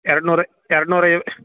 ಎರಡು ನೂರು ಎರಡು ನೂರು ಎ